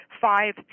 five